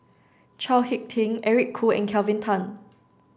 Chao Hick Tin Eric Khoo and Kelvin Tan